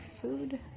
food